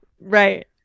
right